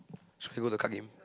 should I go to the card game